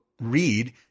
read